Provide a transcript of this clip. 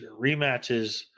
rematches